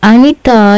Anita